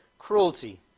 Cruelty